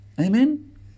amen